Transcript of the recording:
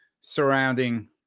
surrounding